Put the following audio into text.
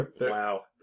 Wow